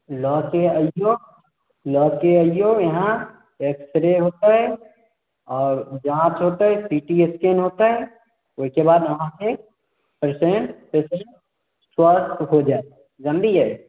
लऽके अइऔ लऽके अइऔ इहाँ एक्सरे होयतै आओर जाँच होयतै सिटी स्कैन होयतै ओहिके बाद अहाँके पैशेन्ट पेशेन्ट स्वस्थ हो जाएत जनलियै